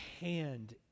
hand